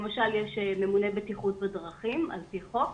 למשל, יש ממונה בטיחות בדרכים על פי חוק.